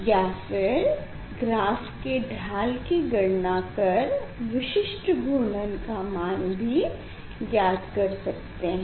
या फिर ग्राफ़ से ढाल की गणना कर विशिष्ट घूर्णन का मान भी ज्ञात कर सकते हैं